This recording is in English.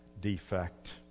defect